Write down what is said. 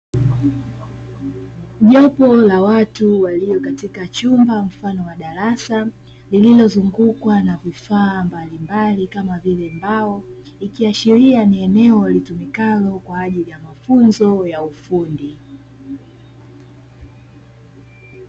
Jopu la watu waliopo katika chumba mfano wa darasa lililozungukwa na vifaa mbalimbali kama vile mbao ikiashiria ni eneo litumikalo kwa ajili ya mafunzo ya ufundi.